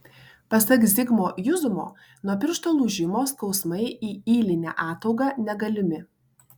pasak zigmo juzumo nuo piršto lūžimo skausmai į ylinę ataugą negalimi